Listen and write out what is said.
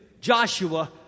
Joshua